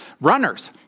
Runners